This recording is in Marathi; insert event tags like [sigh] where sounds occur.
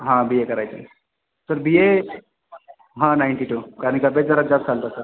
हां बी ए करायचं आहे सर बी ए हां नाईंटी टू आणि [unintelligible]